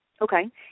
Okay